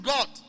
God